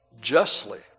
justly